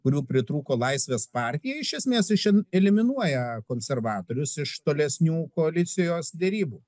kurių pritrūko laisvės partijai iš esmės iš en eliminuoja konservatorius iš tolesnių koalicijos derybų